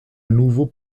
nouveau